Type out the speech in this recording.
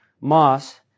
Moss